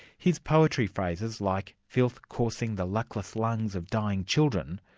his poetry phrases like filth coursing the luckless lungs of dying children,